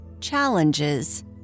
challenges